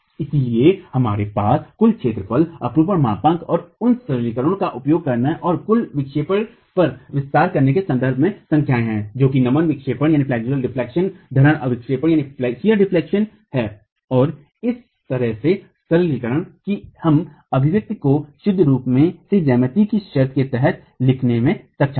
इसलिए हमारे पास कुल क्षेत्रफल अपरूपण मापांक और उन सरलीकरणों का उपयोग करने और कुल विक्षेपण पर विस्तार करने के संदर्भ में संख्याएँ हैं जो कि नमन विक्षेपण धन अपरूपण विक्षेपण है और इस तरह के सरलीकरण कि हम अभिव्यक्ति को शुद्ध रूप से ज्यामिति की शर्तें के तहत लिखने में सक्षम हैं